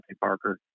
Parker